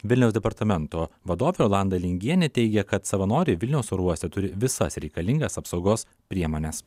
vilniaus departamento vadovė rolanda lingienė teigia kad savanoriai vilniaus oro uoste turi visas reikalingas apsaugos priemones